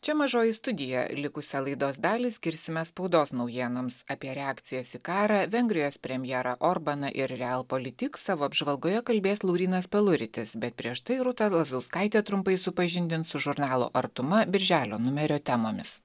čia mažoji studija likusią laidos dalį skirsime spaudos naujienoms apie reakcijas į karą vengrijos premjerą orbaną ir real politik savo apžvalgoje kalbės laurynas peluritis bet prieš tai rūta lazauskaitė trumpai supažindins su žurnalo artuma birželio numerio temomis